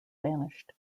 vanished